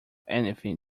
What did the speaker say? anything